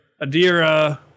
Adira